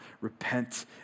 Repent